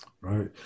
Right